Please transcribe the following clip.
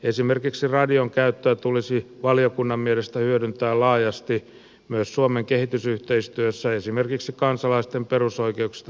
esimerkiksi radion käyttöä tulisi valiokunnan mielestä hyödyntää laajasti myös suomen kehitysyhteistyössä esimerkiksi kansalaisten perusoikeuksista tiedottamiseen